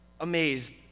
amazed